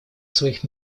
своих